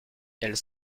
elles